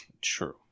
True